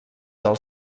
del